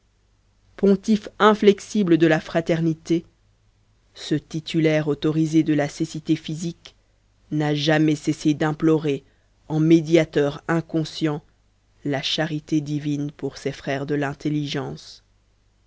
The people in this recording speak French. pontife inflexible de la fraternité ce titulaire autorisé de la cécité physique n'a jamais cessé d'implorer en médiateur inconscient la charité divine pour ses frères de l'intelligence